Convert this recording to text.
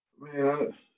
Man